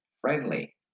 friendly